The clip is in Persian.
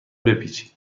بپیچید